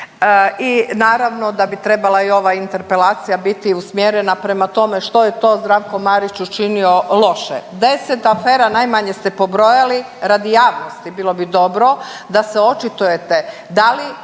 I naravno da bi trebala i ova interpelacija biti usmjerena prema tome što je to Zdravko Marić učinio loše. 10 afera najmanje ste pobrojali, radi javnosti bilo bi dobro da se očitujete da li